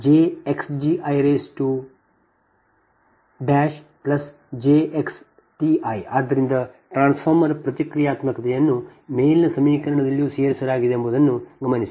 I ಆದ್ದರಿಂದ transformer ಪ್ರತಿಕ್ರಿಯಾತ್ಮಕತೆಯನ್ನು ಮೇಲಿನ ಸಮೀಕರಣದಲ್ಲಿಯೂ ಸೇರಿಸಲಾಗಿದೆ ಎಂಬುದನ್ನು ಗಮನಿಸಿ